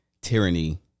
Tyranny